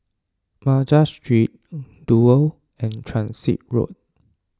Madras Street Duo and Transit Road